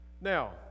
now